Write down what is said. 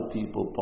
people